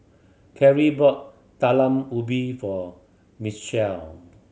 Cari bought Talam Ubi for Mitchel